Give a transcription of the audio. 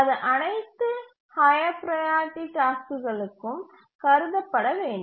அது அனைத்து higher priority டாஸ்க்குகளுக்கும் கருதப்பட வேண்டும்